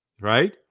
right